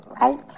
right